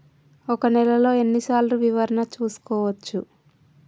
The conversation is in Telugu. ఒక నెలలో ఎన్ని సార్లు వివరణ చూసుకోవచ్చు?